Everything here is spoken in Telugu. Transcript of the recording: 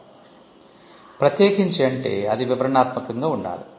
'ప్రత్యేకించి' అంటే అది వివరణాత్మకంగా ఉండాలి